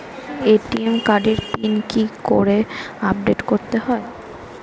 ATM কার্ডের pin কি করে আপডেট করতে হয়?